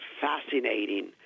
fascinating